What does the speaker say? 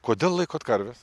kodėl laikot karves